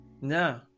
No